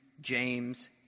James